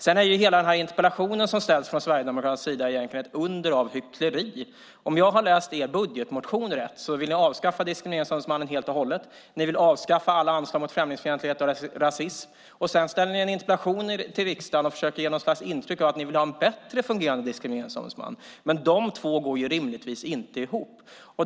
Sedan är hela den här interpellationen från Sverigedemokraternas sida ett under av hyckleri. Om jag har läst er budgetmotion rätt vill ni avskaffa Diskrimineringsombudsmannen helt och hållet. Ni vill avskaffa alla anslag mot främlingsfientlighet och rasism. Sedan ställer ni en interpellation i riksdagen och försöker ge något slags intryck av att ni vill ha en bättre fungerande DO. Men dessa två går rimligtvis inte ihop.